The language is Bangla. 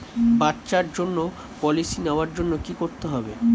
বাচ্চার জন্য পলিসি নেওয়ার জন্য কি করতে হবে?